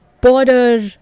border